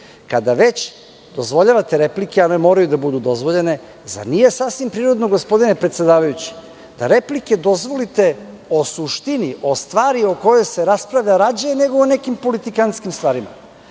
kada već dozvoljavate replike, a ne moraju da budu dozvoljene, zar nije sasvim prirodno gospodine predsedavajući, da replike dozvolite o suštini stvari o kojoj se raspravlja, nego o nekim politikanskim stvarima?